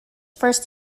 first